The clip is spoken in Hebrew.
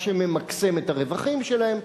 מה שממקסם את הרווחים שלהם,